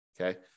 Okay